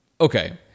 okay